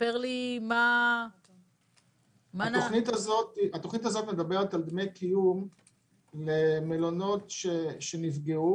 ספר לי מה --- התוכנית שהזכרת מדברת דמי קיום למלונות שנפגעו.